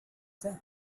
that